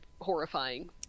horrifying